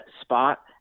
spot